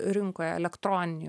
rinkoj elektroninėj